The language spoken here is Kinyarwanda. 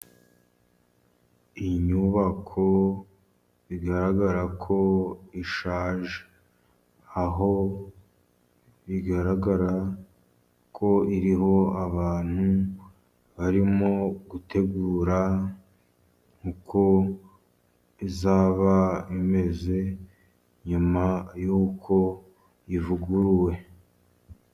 Iyi nyubako bigaragara ko ishaje, aho bigaragara ko iriho abantu barimo gutegura uko izaba imeze, nyuma y'uko ivuguruwe.